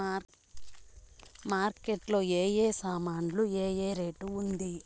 Market లో ఏ ఏ సామాన్లు ఏ ఏ రేటు ఉంది?